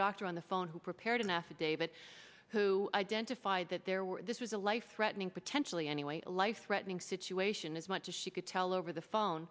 doctor on the phone who prepared an affidavit who identified that there were this was a life threatening potentially anyway a life threatening situation as much as she could tell over the phone